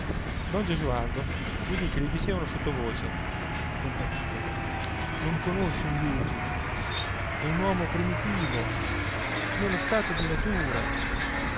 sempre don gesualdo udì che gli dicevano sottovoce compatitelo non conosce gli usi è un uomo primitivo nello stato di natura